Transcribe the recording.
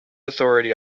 authority